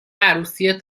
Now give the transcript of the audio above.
عروسی